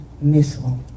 missile